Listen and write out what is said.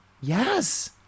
Yes